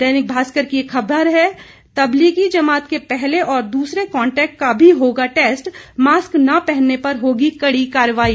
दैनिक भास्कर की खबर है तबलीगी जमात के पहले और दूसरे कॉन्टेक्ट का भी होगा टेस्ट मास्क न पहनने पर होगी कड़ी कार्रवाई